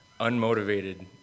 unmotivated